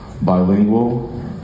bilingual